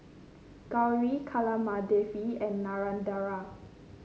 Gauri Kamaladevi and Narendra